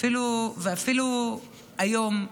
אפילו היום,